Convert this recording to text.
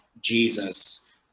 Jesus